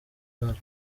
uruhara